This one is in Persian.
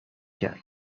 کرد